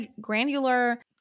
granular